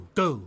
go